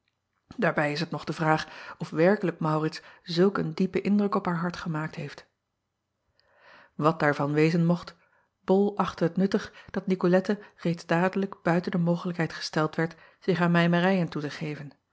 aarbij is het nog de vraag of werkelijk aurits zulk een diepen indruk op haar hart gemaakt heeft at daarvan wezen mocht ol achtte het nuttig dat icolette reeds dadelijk buiten de mogelijkheid gesteld werd zich aan mijmerijen toe te geven